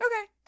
Okay